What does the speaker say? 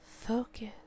focus